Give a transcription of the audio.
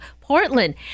Portland